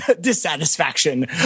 dissatisfaction